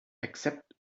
except